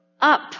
up